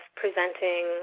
presenting